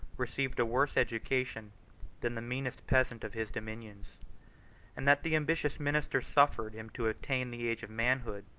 received a worse education than the meanest peasant of his dominions and that the ambitious minister suffered him to attain the age of manhood,